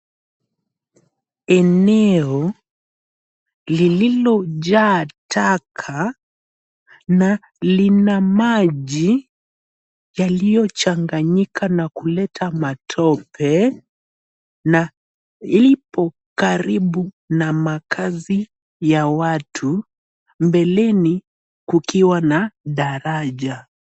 Eneo lililojaa taka na lina maji yaliyochanganyika na kuleta matope, na ipo karibu na makazi ya watu, mbeleni kukiwa na daraja.